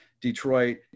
Detroit